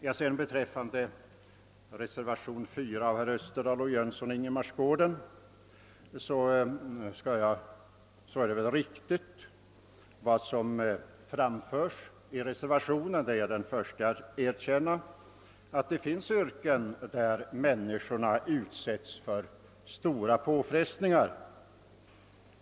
Vad som framförs i reservation 4 av herrar Österdahl och Jönsson i Ingemarsgården är riktigt så till vida att det finns yrken där människorna utsätts för stora påfrestningar.